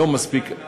לא מספיק,